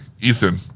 Ethan